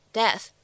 death